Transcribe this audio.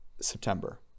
September